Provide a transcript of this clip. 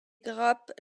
grappes